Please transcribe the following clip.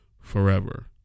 forever